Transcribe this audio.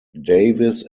davis